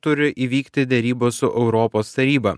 turi įvykti derybos su europos taryba